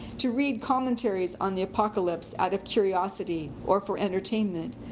to read commentaries on the apocalypse out of curiosity, or for entertainment,